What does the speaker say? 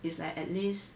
it's like at least